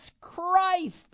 Christ